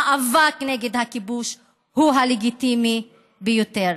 המאבק נגד הכיבוש הוא הלגיטימי ביותר.